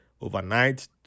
overnight